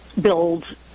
build